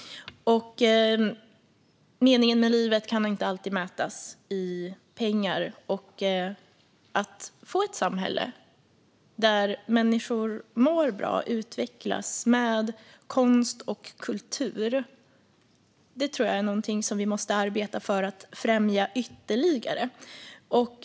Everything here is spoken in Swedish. Meningen med livet kan inte alltid mätas i pengar. Att få ett samhälle där människor mår bra och utvecklas med konst och kultur tror jag är något som vi måste arbeta för att främja ytterligare.